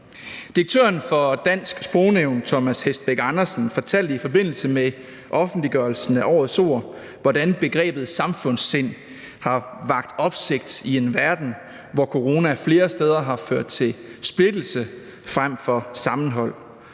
Direktøren for Dansk Sprognævn, Thomas Hestbæk Andersen, fortalte i forbindelse med offentliggørelsen af årets ord, hvordan begrebet samfundssind har vakt opsigt i en verden, hvor corona flere steder har ført til splittelse frem for sammenhold.